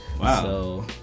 Wow